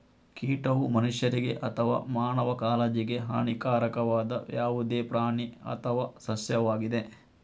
ಕೀಟವು ಮನುಷ್ಯರಿಗೆ ಅಥವಾ ಮಾನವ ಕಾಳಜಿಗೆ ಹಾನಿಕಾರಕವಾದ ಯಾವುದೇ ಪ್ರಾಣಿ ಅಥವಾ ಸಸ್ಯವಾಗಿದೆ